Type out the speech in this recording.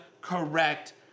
correct